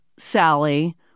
sally